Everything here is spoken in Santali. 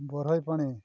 ᱵᱚᱨᱦᱳᱭᱯᱟᱱᱤ